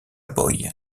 boy